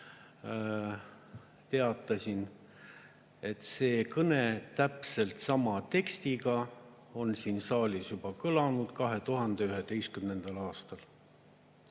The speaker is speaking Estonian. teatasin, et see kõne, täpselt sama tekstiga, oli siin saalis juba kõlanud, see oli 2011. aastal.